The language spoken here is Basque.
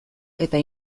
eta